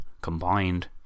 combined